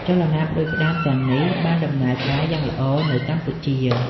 ចលនាផ្តួចផ្តើមទាំងនេះបានដំណើរការយ៉ាងល្អនៅកម្ពុជា។